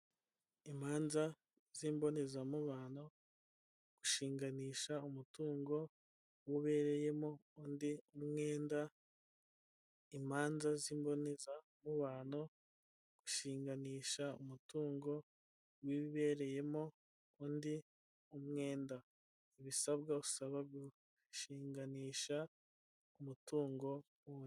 Imanza z' imbonezamubano gushinganisha umutungo w'ubereyemo undi mwenda, imanza z'imbozamubano gushinganisha umutungo w'ibibereyemo undi umwenda, ibisabwa usaba gushinganisha umutungo w'undi.